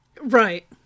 Right